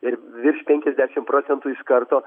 ir virš penkiasdešimt procentų iš karto